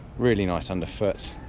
really nice under foot,